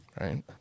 right